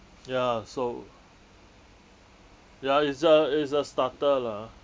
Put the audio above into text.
ya so ya is a is a starter lah ah